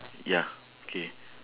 ya K